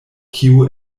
kiu